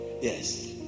yes